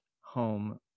home